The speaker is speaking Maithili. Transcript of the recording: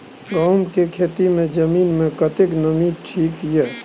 गहूम के खेती मे जमीन मे कतेक नमी ठीक ये?